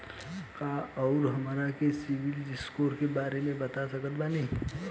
का रउआ हमरा के सिबिल स्कोर के बारे में बता सकत बानी?